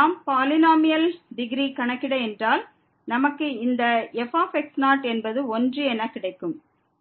நாம் பாலினோமியல் டிகிரியை கணக்கிட நமக்கு இந்த f என்பது 1 என கிடைக்கும்